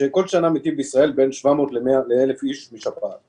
שכל שנה מתים בישראל בין 700 ל-1,000 איש משפעת.